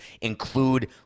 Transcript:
include